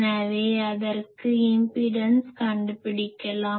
எனவே அதற்கு இம்பிடன்ஸ் கண்டு பிடிக்கலாம்